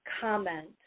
comment